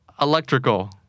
Electrical